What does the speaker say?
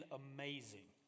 amazing